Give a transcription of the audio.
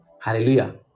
Hallelujah